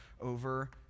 over